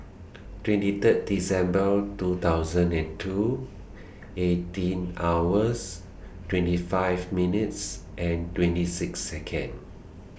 twenty Third December two thousand and two eighteen hours twenty five minutes and twenty six Second